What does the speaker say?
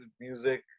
Music